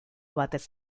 batez